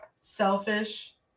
selfish